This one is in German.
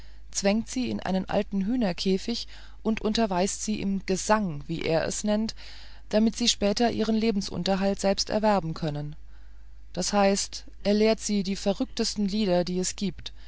zwängt sie in einen alten hühnerkäfig und unterweist sie im gesang wie er es nennt damit sie später ihren lebensunterhalt selbst erwerben können das heißt er lehrt sie die verrücktesten lieder die es gibt